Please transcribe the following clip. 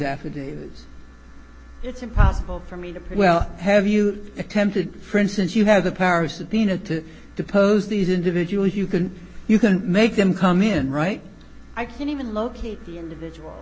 affidavits it's impossible for me to well have you attempted for instance you have the power of subpoena to depose these individuals you can you can make them come in right i can even locate the individual